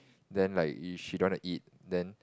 then like if she don't want to eat then